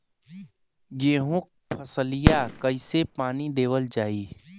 गेहूँक फसलिया कईसे पानी देवल जाई?